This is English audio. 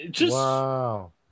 Wow